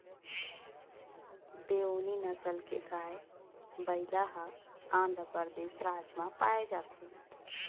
देओनी नसल के गाय, बइला ह आंध्रपरदेस राज म पाए जाथे